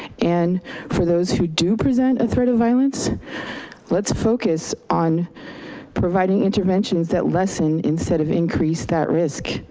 and for those who do present a threat of violence let's focus on providing interventions that lessen instead of increase that risk.